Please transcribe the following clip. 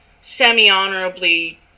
semi-honorably